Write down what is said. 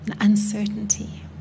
uncertainty